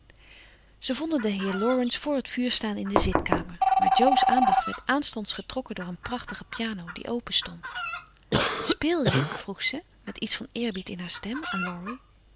ze vonden den heer laurence voor het vuur staan in de zitkamer maar jo's aandacht werd aanstonds getrokken door een prachtige piano die open stond speel je vroeg ze met iets van eerbied in haar stem aan